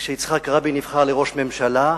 כשיצחק רבין נבחר לראש הממשלה: